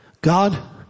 God